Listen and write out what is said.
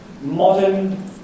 modern